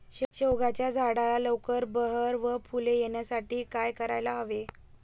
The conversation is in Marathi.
शेवग्याच्या झाडाला लवकर बहर व फूले येण्यासाठी काय करायला हवे?